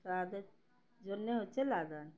তাদের জন্যে হচ্ছে লাদাখ